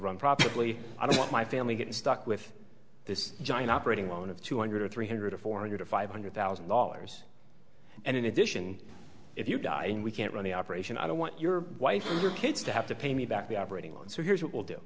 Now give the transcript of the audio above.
run probably i don't want my family getting stuck with this giant operating on of two hundred or three hundred or four hundred five hundred thousand dollars and in addition if you die and we can't run the operation i don't want your wife or your kids to have to pay me back the operating line so here's what we'll do